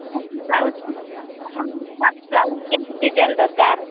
blouse ଆପଣଙ୍କର blouse କେମିତି design ଦରକାର